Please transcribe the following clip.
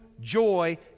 joy